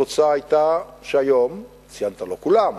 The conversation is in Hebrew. התוצאה היתה שהיום, ציינת, לא כולם,